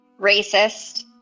Racist